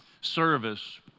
service